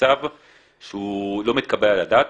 מצב שהוא לא מתקבל על הדעת.